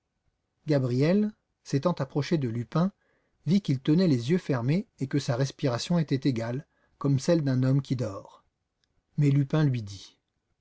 gabriel s'étant approché de lupin vit qu'il tenait les yeux fermés et que sa respiration était égale comme celle d'un homme qui dort mais lupin lui dit